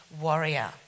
warrior